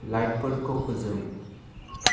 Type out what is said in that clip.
लाइटफोरखौ फोजों